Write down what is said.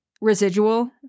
residual